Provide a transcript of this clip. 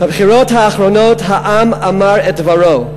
בבחירות האחרונות העם אמר את דברו.